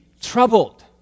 troubled